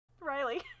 Riley